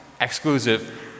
exclusive